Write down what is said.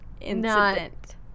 incident